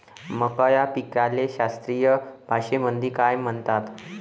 मका या पिकाले शास्त्रीय भाषेमंदी काय म्हणतात?